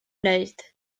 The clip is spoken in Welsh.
wneud